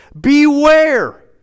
Beware